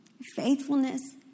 Faithfulness